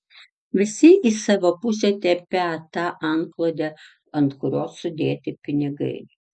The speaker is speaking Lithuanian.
visi į savo pusę tempią tą antklodę ant kurios sudėti pinigai